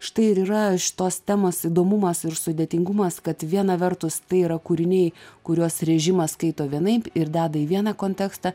štai ir yra šitos temos įdomumas ir sudėtingumas kad viena vertus tai yra kūriniai kuriuos režimas skaito vienaip ir deda į vieną kontekstą